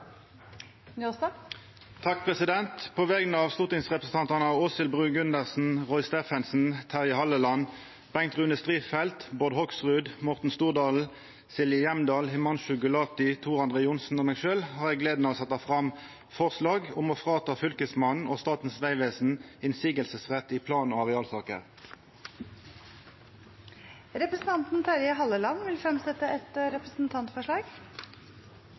et representantforslag. På vegner av stortingsrepresentantane Åshild Bruun-Gundersen, Roy Steffensen, Terje Halleland, Bengt Rune Strifeldt, Bård Hoksrud, Morten Stordalen, Silje Hjemdal, Himanshu Gulati, Tor André Johnsen og meg sjølv har eg gleda av å setja fram forslag om å ta motsegnsretten frå fylkesmannen og Statens vegvesen i plan- og arealsaker. Representanten Terje Halleland vil fremsette et representantforslag.